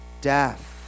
death